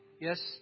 Yes